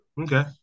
Okay